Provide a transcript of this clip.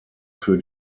für